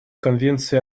конвенции